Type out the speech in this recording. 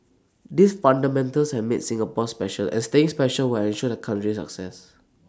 these fundamentals have made Singapore special and staying special will ensure the country's success